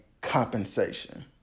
compensation